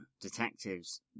detectives